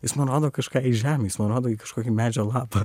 jis mano kažką į žemę jis man rodo į kažkokį medžio lapą